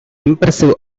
impressive